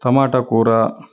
టమాటా కూర